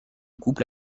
couple